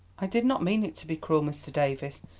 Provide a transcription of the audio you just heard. i did not mean it to be cruel, mr. davies,